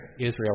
Israel